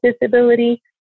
disability